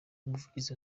umuvugizi